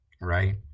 right